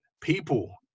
people